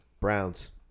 Browns